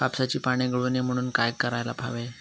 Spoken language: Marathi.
कापसाची पाने गळू नये म्हणून काय करायला हवे?